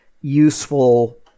useful